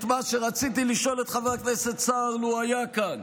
את מה שרציתי לשאול את חבר הכנסת סער לו היה כאן: